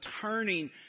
turning